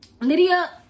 lydia